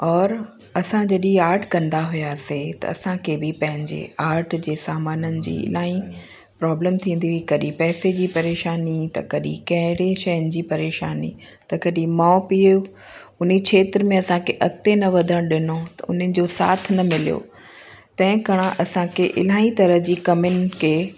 और असां जॾहिं आर्ट कंदा हुयासीं त असांखे बि पंहिंजे आर्ट जे सामाननि जी इलाही प्रॉब्लम थींदी हुई कॾहिं पैसे जी परेशानी त कॾहिं कहिड़े शयुनि जी परेशानी त कॾहिं माउ पीउ हुनी क्षेत्र में असांखे अॻिते न वधणु ॾिनो त उन्हनि जो साथ न मिलियो तंहिं कड़ा असांखे इलाही तरह जी कमियुनि खे